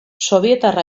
sobietar